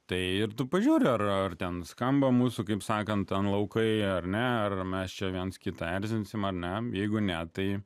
tai ir tu pažiūri ar ten skamba mūsų kaip sakant ten laukai ar ne ar mes čia viens kitą erzinsime ar ne jeigu ne tai